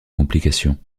complications